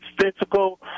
physical